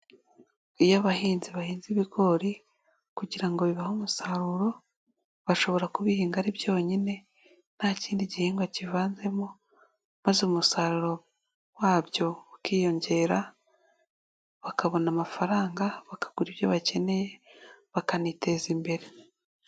Iyo abahinzi bahinze ibigori kugira ngo bibahe umusaruro, bashobora kubihinga ari byonyine nta kindi gihingwa kivanzemo. Maze umusaruro wabyo ukiyongera, bakabona amafaranga, bakagura ibyo bakeneye, bakaniteza imbere.